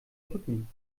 rücken